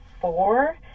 four